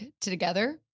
together